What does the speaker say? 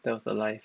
that was the life